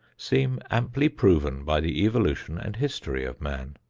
seem amply proven by the evolution and history of man.